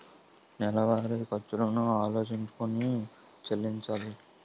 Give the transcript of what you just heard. నెలవారి ఖర్చులను ఆలోచించుకొని చెల్లించాలి